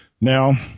Now